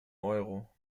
euro